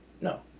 No